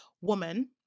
woman